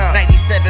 97